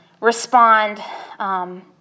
respond